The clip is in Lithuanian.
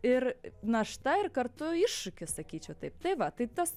ir našta ir kartu iššūkis sakyčiau taip tai va tai tas